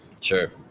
Sure